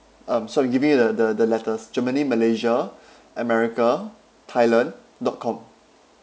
um so you give me the the the letters germany malaysia america thailand dot com